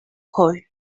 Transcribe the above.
col